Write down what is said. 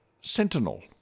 Sentinel